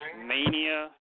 mania